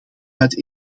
het